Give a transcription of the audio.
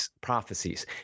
prophecies